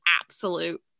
absolute